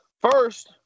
First